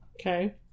Okay